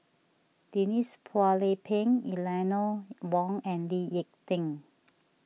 Denise Phua Lay Peng Eleanor Wong and Lee Ek Tieng